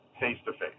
face-to-face